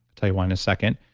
tell you why in a second.